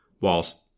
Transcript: whilst